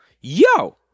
yo